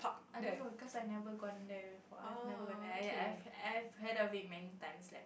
I don't know cause I never gone there before I never go there I I've heard of it many times like